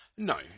No